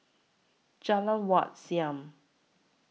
Jalan Wat Siam